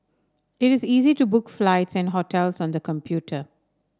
it is easy to book flights and hotels on the computer